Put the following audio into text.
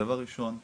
דבר ראשון,